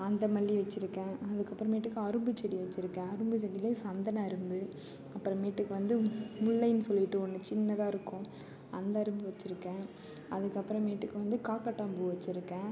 அந்த மல்லி வச்சுருக்கேன் அதுக்கப்பறமேட்டுக்கு அரும்புச்செடி வச்சிருக்கேன் அரும்புச் செடியில் சந்தன அரும்பு அப்புறமேட்டுக்கு வந்து முல்லைன்னு சொல்லிட்டு ஒன்று சின்னதாக இருக்கும் அந்த அரும்பு வச்சுருக்கேன் அதுக்கப்புறமேட்டுக்கு வந்து காக்கர்ட்டான் பூ வச்சுருக்கேன்